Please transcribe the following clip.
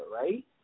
right